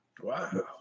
Wow